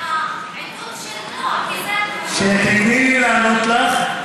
מהעדות של, תני לי לענות לך.